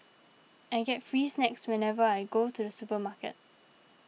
I get free snacks whenever I go to the supermarket